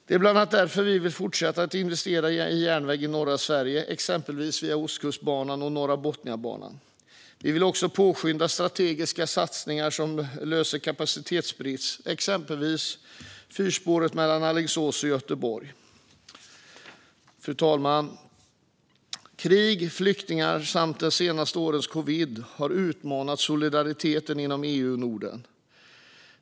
Det är bland annat därför vi vill fortsätta att investera i järnväg i norra Sverige, exempelvis Ostkustbanan och Norrbotniabanan. Vi vill också påskynda strategiska satsningar som löser kapacitetsbrister, till exempel fyrspår mellan Alingsås och Göteborg. Fru talman! Krig, flyktingar och de senaste årens covid-19-pandemi har utmanat solidariteten inom EU och Norden.